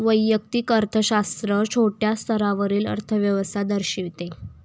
वैयक्तिक अर्थशास्त्र छोट्या स्तरावरील अर्थव्यवस्था दर्शविते